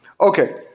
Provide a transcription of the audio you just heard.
Okay